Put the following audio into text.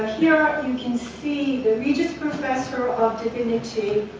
here you can see the professor of divinity.